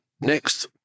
Next